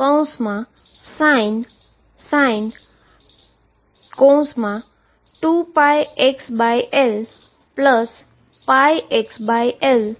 12sin πxL cos 2πxL બરાબર થશે